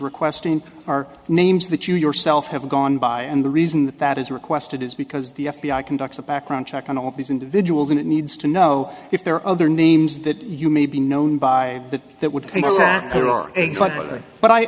request in our names that you yourself have gone by and the reason that is requested is because the f b i conducts a background check on all of these individuals and it needs to know if there are other names that you may be known by that that would